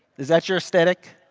is that your aesthetic?